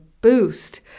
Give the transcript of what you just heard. boost